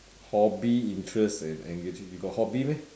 hobby interests and engaging you got hobby meh